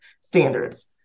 standards